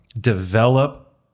develop